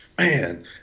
Man